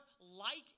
light